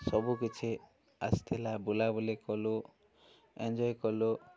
ସବୁକିଛି ଆସିଥିଲା ବୁଲାବୁଲି କଲୁ ଏନ୍ଜଏ କଲୁ